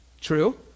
True